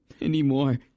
anymore